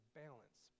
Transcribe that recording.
balance